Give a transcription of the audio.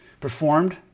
performed